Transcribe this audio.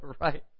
Right